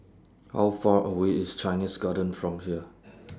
How Far away IS Chinese Garden from here